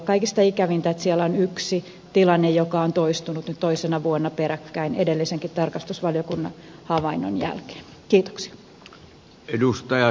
kaikista ikävintä on että siellä on yksi tilanne joka on toistunut nyt toisena vuonna peräkkäin edellisenkin tarkastusvaliokunnan havainnon jälkeen